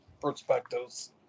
perspectives